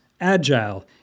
agile